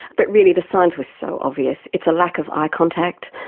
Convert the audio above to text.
but really the signs were so obvious. it's a lack of eye contact,